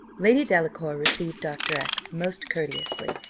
lady delacour received dr. x most courteously,